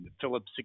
Phillips